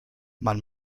man